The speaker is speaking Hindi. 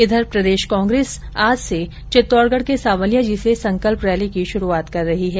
इधर प्रदेश कांग्रेस आज से चित्तौडगढ के सांवलिया जी से संकल्प रैली की शुरूआत कर रही है